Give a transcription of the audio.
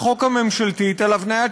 הנוסעים שאלו את